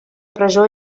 presó